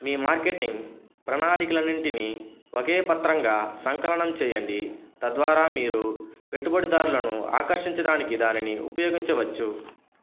మీ marketing ప్రణాళికలన్నింటినీ ఒకే పత్రంగా సంకలనం చేయండి తద్వారా మీరు పెట్టుబడిదారులను ఆకర్షించడానికి దానిని ఉపయోగించవచ్చు